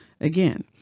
Again